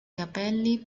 capelli